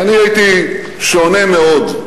אני הייתי שונה מאוד,